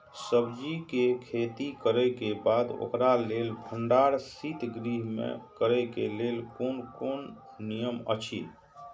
सब्जीके खेती करे के बाद ओकरा लेल भण्डार शित गृह में करे के लेल कोन कोन नियम अछि?